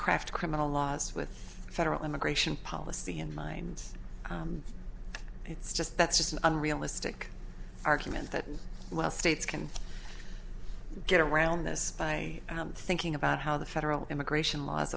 craft criminal laws with federal immigration policy in mind it's just that's just an unrealistic argument that states can get around this by thinking about how the federal immigration laws